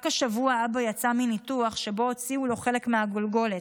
רק השבוע אבא יצא מניתוח שבו הוציאו לו חלק מהגולגולת.